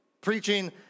preaching